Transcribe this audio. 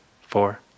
four